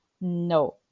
No